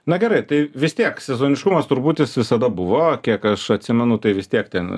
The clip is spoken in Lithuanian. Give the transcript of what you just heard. na gerai tai vis tiek sezoniškumas turbūt jis visada buvo kiek aš atsimenu tai vis tiek ten